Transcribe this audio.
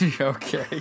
Okay